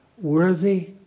Worthy